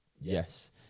yes